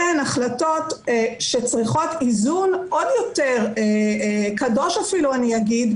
אלה הן החלטות שצריכות איזון עוד יותר קדוש אפילו אגיד,